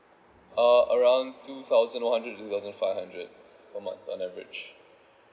uh around two thousand one hundred two thousand five hundred per month on average